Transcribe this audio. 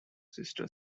sister